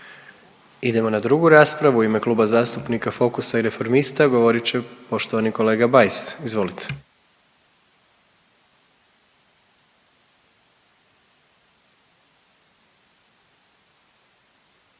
Idemo na 2. raspravu, u ime Kluba zastupnika Fokusa i reformista govorit će poštovani kolega Bajs, izvolite.